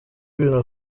ibintu